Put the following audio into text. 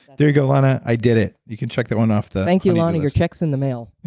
there you go lana, i did it. you can check that one off the thank you lana, your check is in the mail